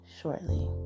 shortly